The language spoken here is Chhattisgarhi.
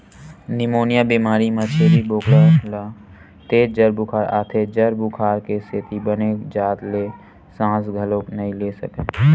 निमोनिया बेमारी म छेरी बोकरा ल तेज जर बुखार आथे, जर बुखार के सेती बने जात ले सांस घलोक नइ ले सकय